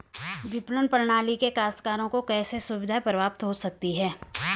विपणन प्रणाली से काश्तकारों को कैसे सुविधा प्राप्त हो सकती है?